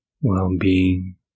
well-being